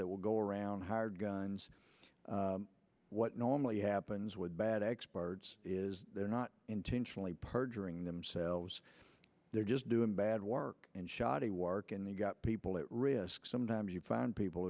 that will go around hired guns what normally happens with bad experts is they're not intentionally perjuring themselves they're just doing bad work and shoddy work and they've got people at risk sometimes you found people